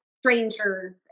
strangers